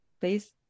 please